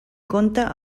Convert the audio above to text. conta